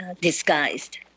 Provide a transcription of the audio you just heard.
disguised